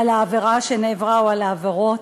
העבירה שנעברה או העבירות,